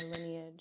lineage